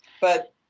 but-